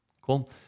Cool